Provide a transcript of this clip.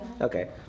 okay